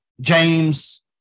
James